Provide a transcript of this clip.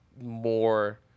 more